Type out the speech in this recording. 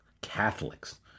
Catholics